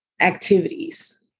activities